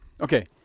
Okay